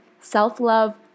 self-love